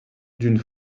d’une